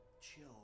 chill